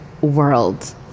world